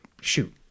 shoot